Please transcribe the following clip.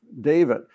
David